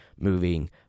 moving